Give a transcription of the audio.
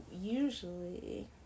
usually